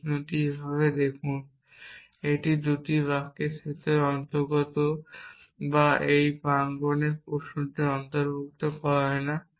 প্রশ্নটি এইভাবে দেখুন এটি 2 বাক্যের সেটের অন্তর্গত বা এই প্রাঙ্গনে প্রশ্নটি অন্তর্ভুক্ত করে না